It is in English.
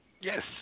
Yes